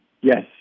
Yes